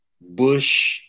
Bush